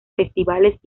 festivales